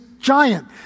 giant